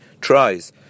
tries